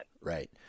right